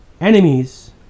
enemies